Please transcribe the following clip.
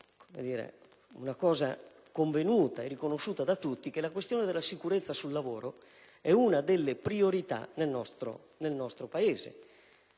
credo sia convenuto e riconosciuto da tutti che la questione della sicurezza sul lavoro è una delle priorità nel nostro Paese.